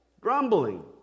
grumbling